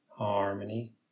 harmony